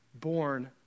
born